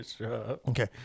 Okay